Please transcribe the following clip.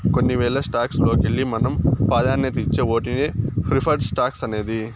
కొన్ని వేల స్టాక్స్ లోకెల్లి మనం పాదాన్యతిచ్చే ఓటినే ప్రిఫర్డ్ స్టాక్స్ అనేది